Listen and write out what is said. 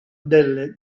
delle